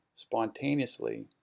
spontaneously